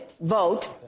vote